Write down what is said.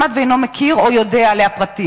אולם הציבור הישראלי כמעט שאינו מכיר או יודע עליה פרטים.